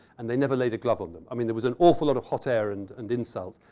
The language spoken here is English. and they never laid a glove on them. i mean, there was an awful lot of hot air and and insult,